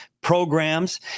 programs